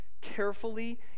Carefully